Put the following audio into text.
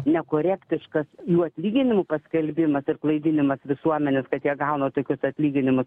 nekorektiškas jų atlyginimų paskelbimas ir klaidinimas visuomenės kad jie gauna tokius atlyginimus